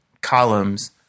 columns